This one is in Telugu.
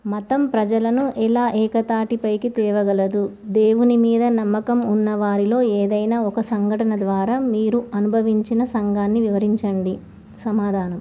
మతం ప్రజలను ఎలా ఏకతాటి పైకి తేగలదు దేవుని మీద నమ్మకం ఉన్న వారిలో ఏదైనా ఒక సంఘటన ద్వారా మీరు అనుభవించిన సంఘటనని వివరించండి సమాధానం